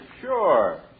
Sure